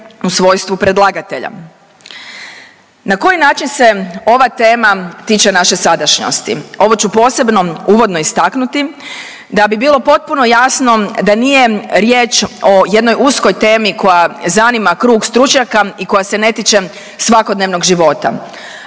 u svojstvu predlagatelja. Na koji način se ova tema tiče naše sadašnjosti? Ovo ću posebno uvodno istaknuti da bi bilo potpuno jasno da nije riječ o jednoj uskoj temi koja zanima krug stručnjaka i koja se ne tiče svakodnevnog života.